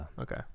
Okay